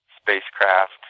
spacecraft